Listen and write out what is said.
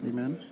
Amen